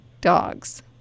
dogs